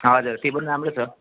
हजुर त्यो पनि राम्रो छ